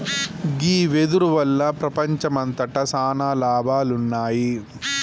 గీ వెదురు వల్ల ప్రపంచంమంతట సాన లాభాలున్నాయి